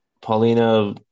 Paulina